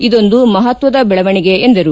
ಇದೊಂದು ಮಹತ್ವದ ಬೆಳವಣೆಗೆ ಎಂದರು